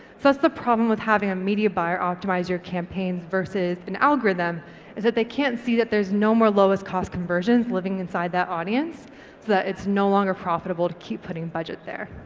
that's the problem with having a media buyer optimise your campaigns versus an algorithm is that they can't see that there's no more lowest cost conversions living inside that audience, so that it's no longer profitable to keep putting budget there.